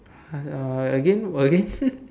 uh again what again